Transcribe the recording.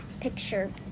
picture